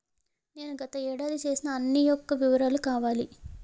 నేను గత ఏడాది చేసిన అన్ని యెక్క వివరాలు కావాలి?